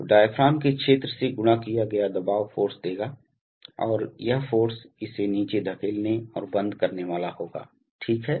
तो डायाफ्राम के क्षेत्र से गुणा किया गया दबाव फ़ोर्स देगा और यह फ़ोर्स इसे नीचे धकेलने और बंद करने वाला होगा ठीक है